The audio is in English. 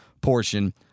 portion